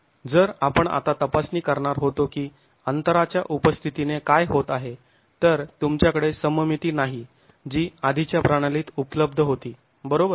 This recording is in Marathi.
जर आपण आता तपासणी करणार होतो की अंतराच्या उपस्थितीने काय होत आहे तर तुमच्याकडे सममिती नाही जी आधीच्या प्रणालीत उपलब्ध होती बरोबर